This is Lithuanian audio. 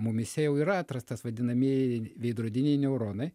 mumyse jau yra atrastas vadinamieji veidrodiniai neuronai